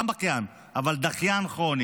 גם בכיין, אבל דחיין כרוני,